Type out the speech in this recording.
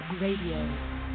Radio